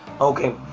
okay